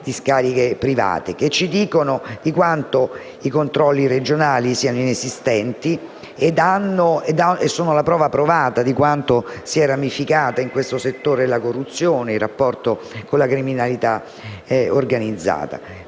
discariche private. Tali vicende ci dicono quanto i controlli regionali siano inesistenti e sono la prova provata di quanto siano ramificati in questo settore la corruzione e il rapporto con la criminalità organizzata.